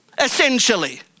essentially